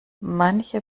manche